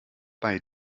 bei